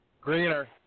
Greener